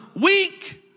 weak